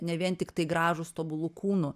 ne vien tiktai gražūs tobulų kūnų